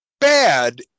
bad